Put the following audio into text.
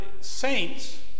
saints